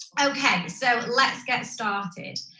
okay, so let's get started.